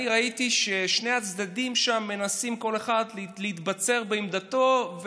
אני ראיתי ששני הצדדים שם מנסים כל אחד להתבצר בעמדתו,